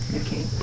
okay